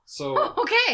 okay